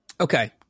okay